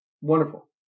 Wonderful